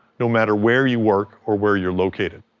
no matter where you work or where you're located.